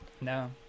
No